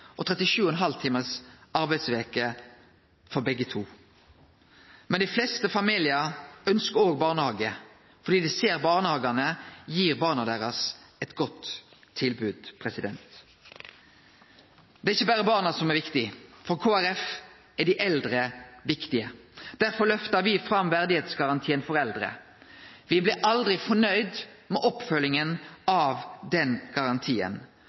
på eittårsdagen og 37,5 timers arbeidsveke for begge to. Men dei fleste familiar ønskjer òg barnehage fordi dei ser at barnehagane gjev barna deira eit godt tilbod. Det er ikkje berre barna som er viktige. For Kristeleg Folkeparti er dei eldre viktige. Derfor løftar me fram verdigheitsgarantien for eldre. Me blir aldri fornøgde med oppfølginga av den garantien.